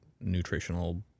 nutritional